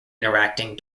interacting